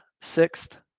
sixth